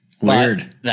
Weird